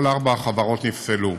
כל ארבע החברות נפסלו,